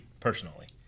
personally